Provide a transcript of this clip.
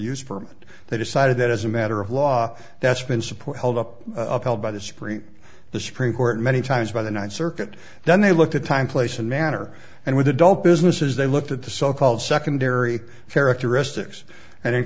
and they decided that as a matter of law that's been support held up upheld by the supreme the supreme court many times by the ninth circuit then they looked at time place and manner and with adult businesses they looked at the so called secondary characteristics and in